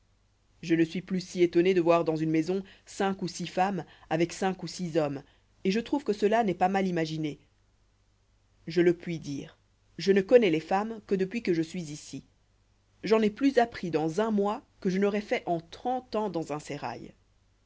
je ne suis plus si étonné de voir dans une maison cinq ou six femmes avec cinq ou six hommes et je trouve que cela n'est pas mal imaginé je le puis dire je ne connois les femmes que depuis que je suis ici j'en ai plus appris dans un mois que je n'aurois fait en trente ans dans un sérail